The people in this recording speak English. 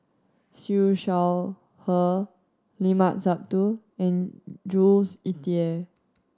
Siew Shaw Her Limat Sabtu and Jules Itier